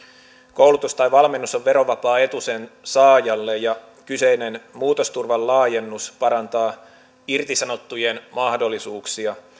koulutus tai valmennus on verovapaa etu sen saajalle ja kyseinen muutosturvan laajennus parantaa irtisanottujen mahdollisuuksia